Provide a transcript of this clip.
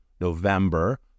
November